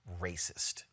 racist